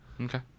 Okay